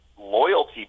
loyalty